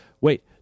Wait